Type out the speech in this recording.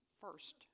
first